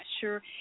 sure